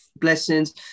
blessings